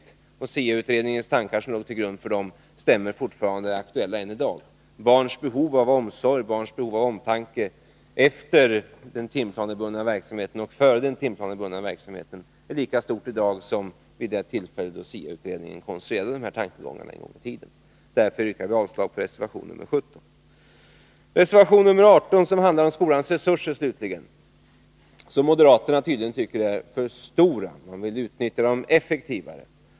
Det var SIA-utredningens tankar som låg till grund för den, och de är aktuella än i dag. Barns behov av omsorg och omtanke efter och före den timplanebundna verksamheten är lika stora i dag som vid det tillfälle SIA-utredningen konstruerade de här tankegångarna. Därför yrkar vi avslag på reservation 17. Reservation 18 handlar om skolans resurser. Moderaterna tycker tydligen att de är för stora och vill utnyttja dem effektivare.